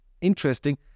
interesting